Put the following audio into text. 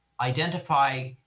identify